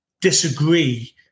disagree